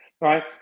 right